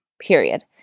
period